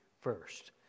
first